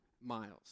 miles